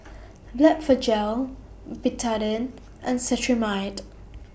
Blephagel Betadine and Cetrimide